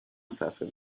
صفحه